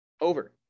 over